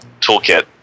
toolkit